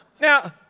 Now